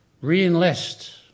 re-enlist